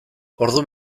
ordu